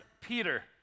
Peter